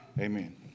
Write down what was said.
Amen